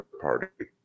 party